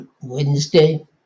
Wednesday